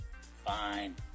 fine